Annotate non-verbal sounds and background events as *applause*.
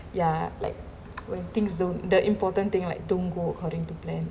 ya like *noise* when things don't the important thing like don't go according to plan